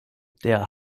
der